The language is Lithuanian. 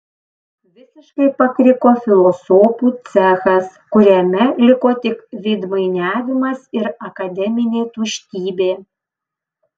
visiškai pakriko filosofų cechas kuriame liko tik veidmainiavimas ir akademinė tuštybė